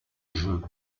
jeu